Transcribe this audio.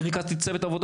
אני ריכזתי שם צוות עבודה,